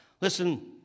Listen